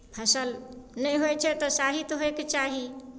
फसल नहि होइत छै तऽ साहीत होयके चाही